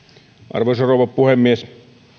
arvoisa rouva puhemies